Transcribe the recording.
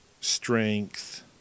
strength